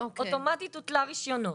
אוטומטית הותלה רישיונו.